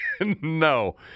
No